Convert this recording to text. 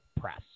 press